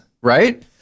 Right